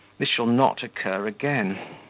this shall not occur again.